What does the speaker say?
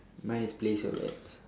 mine is place your bets